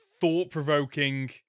thought-provoking